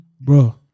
Bro